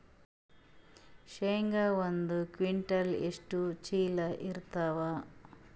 ಶೇಂಗಾ ಒಂದ ಕ್ವಿಂಟಾಲ್ ಎಷ್ಟ ಚೀಲ ಎರತ್ತಾವಾ?